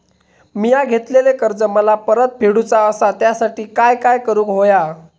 मिया घेतलेले कर्ज मला परत फेडूचा असा त्यासाठी काय काय करून होया?